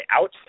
out